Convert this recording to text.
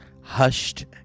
hushed